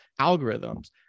algorithms